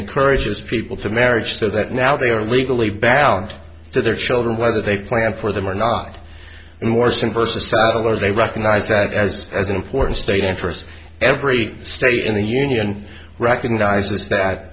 encourages people to marriage so that now they are legally balland to their children whether they plan for them or not and worsened versa saddler they recognize that as as an important state interest every state in the union recognizes that